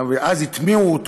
ואז הטמיעו אותו